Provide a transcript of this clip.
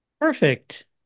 Perfect